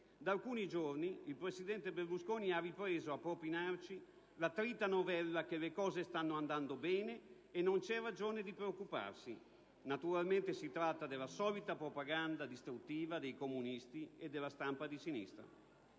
da alcuni giorni il presidente Berlusconi ha ripreso a propinarci la trita novella che le cose stanno andando bene e non c'è ragione di preoccuparsi: si tratta della solita propaganda distruttiva dei comunisti e della stampa di sinistra,